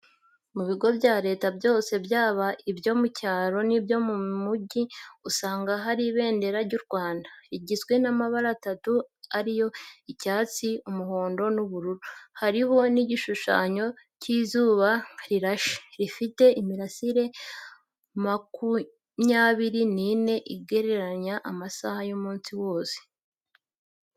Mu bigo bya Leta byose, byaba ibyo mu cyaro n'ibyo mu mugi, usanga hari ibendera ry'u Rwanda, rigizwe n'amabara atatu ariyo, icyatsi, umuhondo n'ubururu; hariho n'igishushanyo cy'izuba rirashe, rifite imirasire makumyabiri n'ine, igereranya amasaha y'umunsi wose.